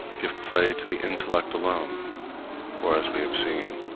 give play to the intellect alone for, as we have seen,